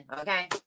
okay